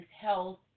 health